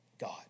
God